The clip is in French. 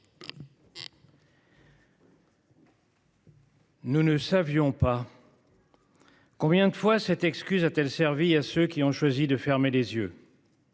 Nous ne savions pas. Combien de fois cette excuse a-t-elle servi à ceux qui ont choisi de fermer les yeux.